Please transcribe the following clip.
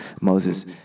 moses